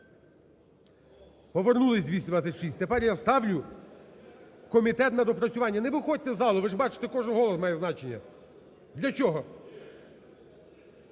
Повернулись, 226. Тепер я ставлю комітет на доопрацювання, не виходьте з залу, ви ж бачите кожен голос має значення. Для чого?